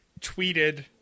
tweeted